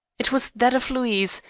it was that of louise,